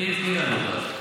תני לי לענות לך.